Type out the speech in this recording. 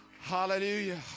hallelujah